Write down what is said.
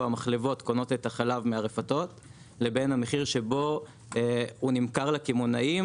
המחלבות קונות את החלב מהרפתות לבין המחיר שבו הוא נמכר לקמעונאים,